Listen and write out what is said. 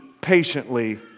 patiently